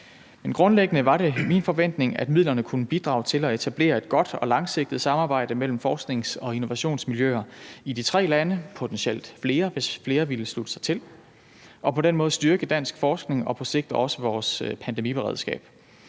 Men grundlæggende var det min forventning, at midlerne kunne bidrage til at etablere et godt og langsigtet samarbejde mellem forsknings- og innovationsmiljøer i de tre lande og potentielt flere, hvis flere ville slutte sig til, og på den måde styrke dansk forskning og på sigt også vores pandemiberedskab.